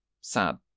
Sad